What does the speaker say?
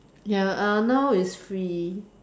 ya uh now is free